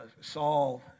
Saul